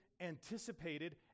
anticipated